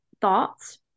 thoughts